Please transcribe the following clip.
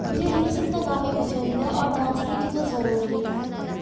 مجھے ریلس اتنا کافی پسند ہے اور ڈانسنگ کی تو ضروری